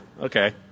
Okay